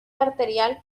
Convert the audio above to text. arterial